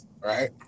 right